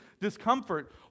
discomfort